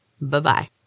Bye-bye